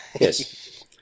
Yes